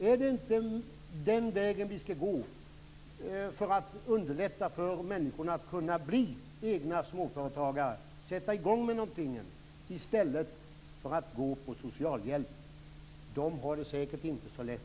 Är det inte den vägen vi skall gå för att underlätta för människor att kunna bli egna småföretagare, att sätta i gång med någonting, i stället för att gå på socialhjälp? De har det säkert inte så lätt.